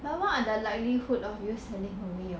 but what are the likelihood of you selling away your